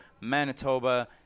Manitoba